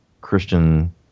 Christian